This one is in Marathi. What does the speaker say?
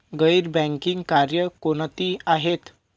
गैर बँकिंग कार्य कोणती आहेत?